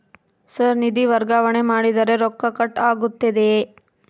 Sir ನಿಧಿ ವರ್ಗಾವಣೆ ಮಾಡಿದರೆ ರೊಕ್ಕ ಕಟ್ ಆಗುತ್ತದೆಯೆ?